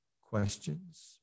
questions